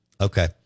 okay